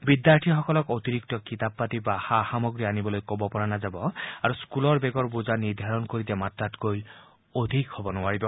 বিদ্যাৰ্থীসকলক অতিৰিক্ত কিতাপ পাতি বা সা সামগ্ৰী অনিবলৈ ক'ব পৰা নাযাব আৰু স্কুলৰ বেগৰ বোজা নিৰ্ধাৰণ কৰি দিয়া মাত্ৰাতকৈ অধিক হ'ব নোৱাৰিব